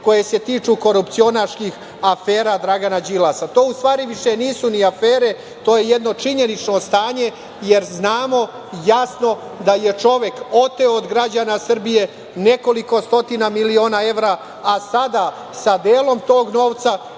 koje se tiču korupcionaških afera Dragana Đilasa. To u stvari više nisu ni afere, to je jedno činjenično stanje, jer znamo jasno da je čovek oteo od građana Srbije nekoliko stotina miliona evra, a sada sa delom tog novca